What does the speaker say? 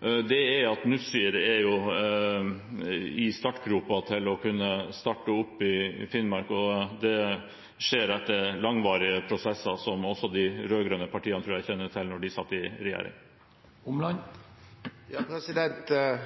nå, er at Nussir er i startgropa til å kunne starte opp i Finnmark, og det skjer etter langvarige prosesser som jeg tror også de rød-grønne partiene kjenner til fra da de satt i regjering. Representanten